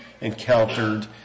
encountered